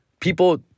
people